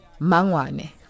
Mangwane